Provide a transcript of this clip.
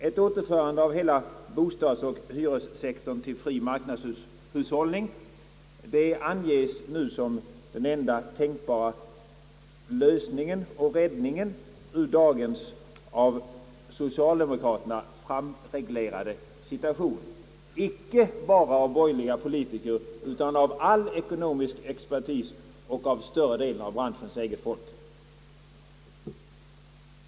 Ett återförande av hela bostadsoch hyressektorn till fri marknadshushållning anges nu som den enda tänkbara lösningen och räddningen ur dagens av socialdemokraterna framreglerade situation, icke bara av borgerliga politiker utan av all ekonomisk expertis och av större delen av branschens eget folk.